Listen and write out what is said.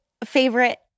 favorite